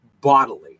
bodily